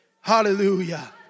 hallelujah